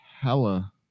Hella